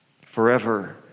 forever